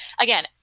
Again